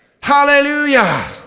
hallelujah